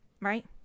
right